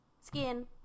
skin